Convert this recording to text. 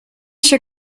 się